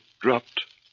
dropped